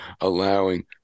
allowing